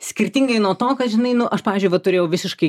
skirtingai nuo to kad žinai nu aš pavyzdžiui vat turėjau visiškai